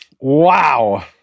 Wow